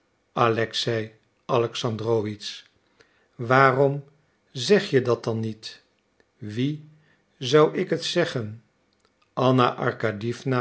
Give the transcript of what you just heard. alexei alexandrowitsch waarom zeg je dat dan niet wien zou ik het zeggen anna